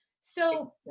So-